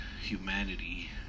Humanity